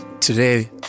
Today